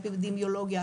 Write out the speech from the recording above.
אפידמיולוגיה,